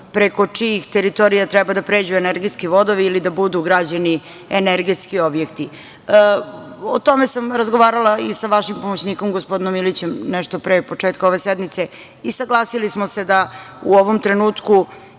preko čijih teritorija treba da pređu energetski vodovi ili da budu građeni energetski objekti.O tome sam razgovarala i sa vašim pomoćnikom, gospodinom Ilićem, nešto pre početka ove sednice i saglasili smo se da u ovom trenutku